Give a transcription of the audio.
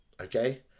okay